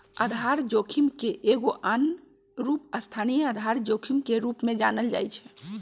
आधार जोखिम के एगो आन रूप स्थानीय आधार जोखिम के रूप में जानल जाइ छै